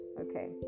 Okay